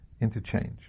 interchange